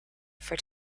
for